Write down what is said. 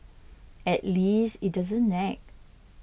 at least it doesn't nag